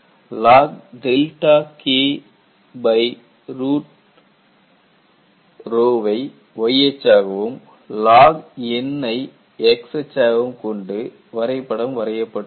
Log K1வை Y அச்சாகவும் Log N வை X அச்சாகவும் கொண்டு வரைபடம் வரையப்பட்டுள்ளது